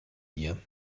ihr